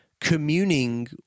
communing